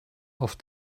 auf